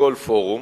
בכל פורום,